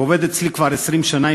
הוא עובד אצלי כבר 20 שנה,